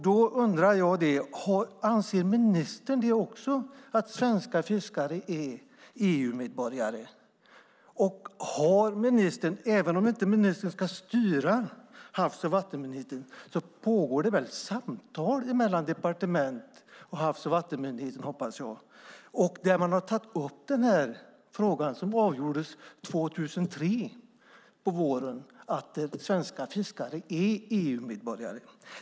Då undrar jag: Anser ministern också att svenska fiskare är EU-medborgare? Även om ministern inte ska styra Havs och vattenmyndigheten pågår det väl ett samtal mellan departement och Havs och vattenmyndigheten, hoppas jag, där man tar upp frågan som avgjordes på våren 2003, att svenska fiskare är EU-medborgare.